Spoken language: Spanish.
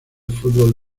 fútbol